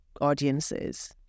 audiences